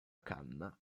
canna